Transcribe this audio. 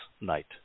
night